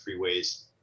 freeways